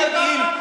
אבל תן לי להשלים,